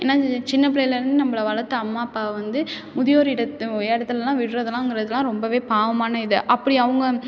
ஏன்னால் சின்னப் பிள்ளையிலருந்து நம்மள வளர்த்த அம்மா அப்பாவை வந்து முதியோர் இடத் இடத்துலல்லாம் விடுறதெல்லாங்குறதெல்லாம் ரொம்பவே பாவமான இது அப்படி அவங்க